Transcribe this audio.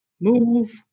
move